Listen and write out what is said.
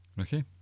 Okay